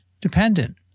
dependent